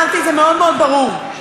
אמרתי את זה ברור מאוד מאוד.